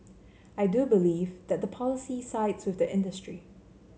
I do believe that the policy sides with the industry